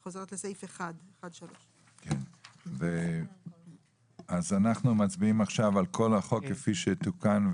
אני חוזרת לסעיף 1(3). אז אנחנו מצביעים עכשיו על כל החוק כפי שתוקן.